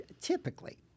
Typically